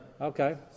Okay